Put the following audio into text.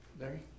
Larry